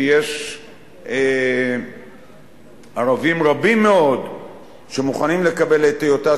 כי יש ערבים רבים מאוד שמוכנים לקבל את היותה